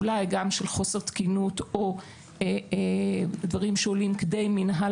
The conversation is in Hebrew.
אולי גם של חוסר תקינות או דברים שעולים כדי מינהל